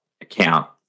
account